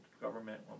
government